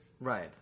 Right